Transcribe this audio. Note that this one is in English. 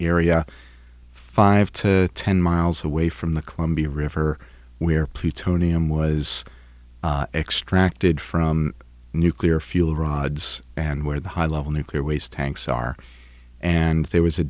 area five to ten miles away from the columbia river where plutonium was extracted from nuclear fuel rods and where the high level nuclear waste tanks are and there was a